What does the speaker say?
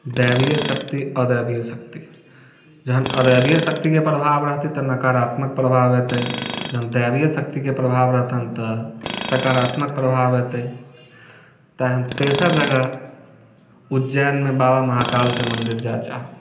दैवीय शक्ति अदैवीय शक्ति जखन अदैवीय शक्तिके प्रभाव रहतै तऽ नकारात्मक प्रभाव हेतै जखन दैवीय शक्तिके प्रभाव रहतनि तऽ सकारात्मक प्रभाव हेतै तखन तेसर जगह उज्जैनमे बाबा महाकालके मन्दिर जाय चाहब